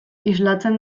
islatzen